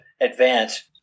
advance